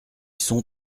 sont